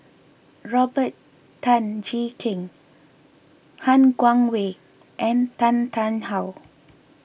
Robert Tan Jee Keng Han Guangwei and Tan Tarn How